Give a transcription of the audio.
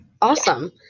awesome